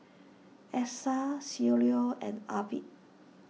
Essa Cielo and Arvid